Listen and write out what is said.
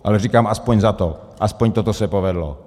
Ale říkám, alespoň za to, alespoň toto se povedlo.